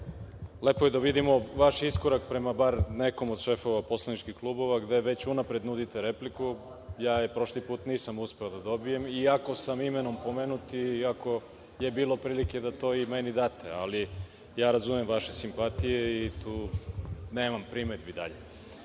lepo je da vidimo vaš iskorak prema bar nekom od šefova poslaničkih klubova gde unapred nudite repliku. Prošli put nisam uspeo da je dobijem, iako sam imenom pomenut, iako je bilo prilike da mi to date, ali razumem vaše simpatije i tu nemam daljih